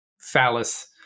phallus